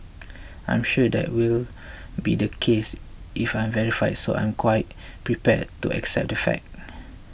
I'm sure that will be the case if I verify so I'm quite prepared to accept that fact